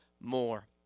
more